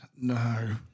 No